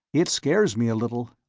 it scares me a little.